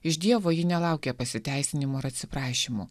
iš dievo ji nelaukia pasiteisinimų ar atsiprašymų